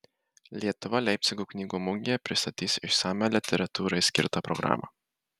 lietuva leipcigo knygų mugėje pristatys išsamią literatūrai skirtą programą